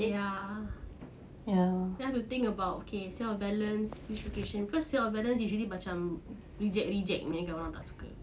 ya then I have to think about K sale of balance cause sale of balance usually macam reject reject punya kalau orang tak suka the areas ah the units ah